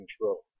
control